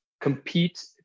compete